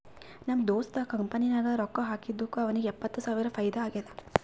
ನಮ್ ದೋಸ್ತ್ ಕಂಪನಿ ನಾಗ್ ರೊಕ್ಕಾ ಹಾಕಿದ್ದುಕ್ ಅವ್ನಿಗ ಎಪ್ಪತ್ತ್ ಸಾವಿರ ಫೈದಾ ಆಗ್ಯಾದ್